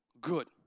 Good